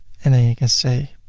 and then you can say,